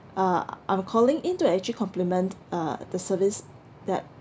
uh I'm calling in to actually compliment uh the service that